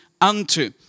unto